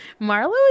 Marlo